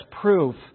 proof